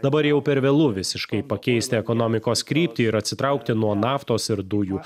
dabar jau per vėlu visiškai pakeisti ekonomikos kryptį ir atsitraukti nuo naftos ir dujų